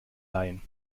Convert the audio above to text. leihen